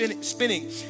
spinning